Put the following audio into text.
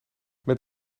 met